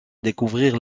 découvrir